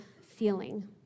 feeling